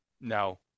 No